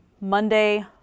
Monday